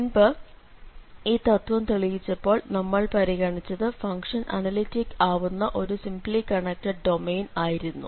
മുൻപ് ഈ തത്ത്വം തെളിയിച്ചപ്പോൾ നമ്മൾ പരിഗണിച്ചത് ഫംഗ്ഷൻ അനലിറ്റിക്ക് ആവുന്ന ഒരു സിംപ്ലി കണക്ടഡ് ഡൊമെയ്ൻ ആയിരുന്നു